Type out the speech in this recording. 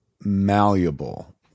malleable